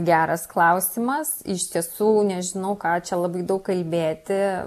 geras klausimas iš tiesų nežinau ką čia labai daug kalbėti